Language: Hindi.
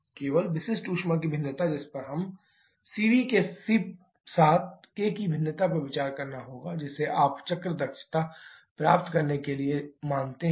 केवल विशिष्ट ऊष्मा की भिन्नता जिस पर हमें cv के साथ k की भिन्नता पर विचार करना होगा जिसे आप चक्र दक्षता प्राप्त करने के लिए मानते हैं